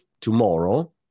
tomorrow